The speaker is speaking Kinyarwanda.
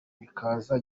bikaza